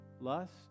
Lust